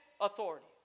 authority